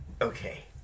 Okay